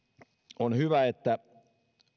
on hyvä että